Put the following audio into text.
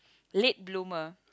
late bloomer